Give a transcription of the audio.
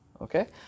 Okay